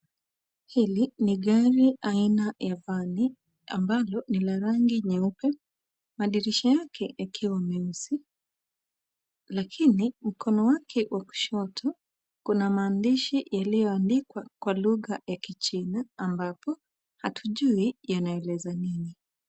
Hili ni gari aina ya vani ambalo ni la rangi nyeupe madirisha yake yakiwa meusi lakini mkono wake wa kushoto kuna maandishi yaliyoandikwa kwa lugha ya kichina ambapo hatujui yanaeleza nini.